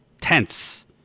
tense